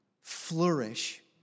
flourish